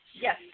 yes